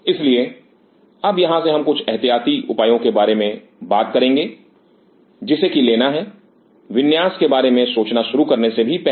इसलिए अब यहां से हम कुछ एहतियाती उपायों के बारे में बात करेंगे जिसे कि लेना है विन्यास के बारे में सोचना शुरू करने से भी पहले